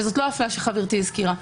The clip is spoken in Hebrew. וזו לא האפליה שגברתי הזכירה.